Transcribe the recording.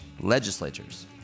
legislatures